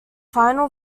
final